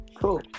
Cool